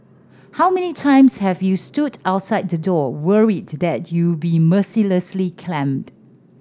how many times have you stood outside the door worried that you'll be mercilessly clamped